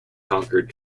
conquered